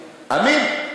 אמין.